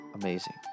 amazing